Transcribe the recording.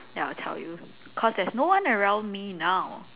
then I'll tell you cause there's no one around me now